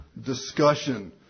discussion